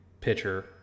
pitcher